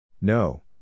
No